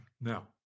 now